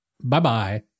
bye-bye